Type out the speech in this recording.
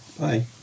Bye